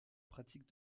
pratique